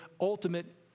ultimate